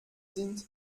sind